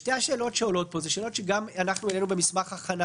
שתי השאלות שעולות פה הן שאלות שאנחנו העלינו גם במסמך ההכנה